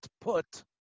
put